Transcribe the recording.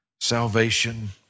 salvation